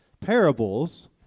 parables